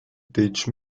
teach